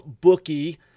bookie